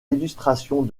illustrations